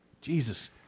Jesus